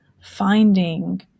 finding